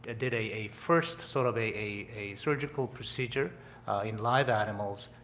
ah did a, a first sort of a a surgical procedure in live animals.